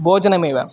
भोजनमेव